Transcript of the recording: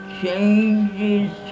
changes